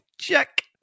Check